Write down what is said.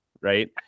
right